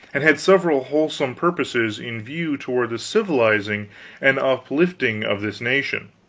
and had several wholesome purposes in view toward the civilizing and uplifting of this nation.